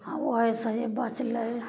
आओर ओइसँ जे बचलय